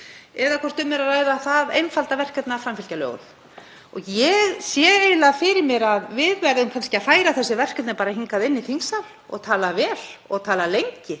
eða hvort um er að ræða það einfalda verkefni að framfylgja lögum. Ég sé eiginlega fyrir mér að við verðum kannski að færa þessi verkefni hingað inn í þingsal og tala vel og tala lengi